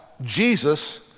Jesus